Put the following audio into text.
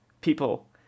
people